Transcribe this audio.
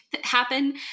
happen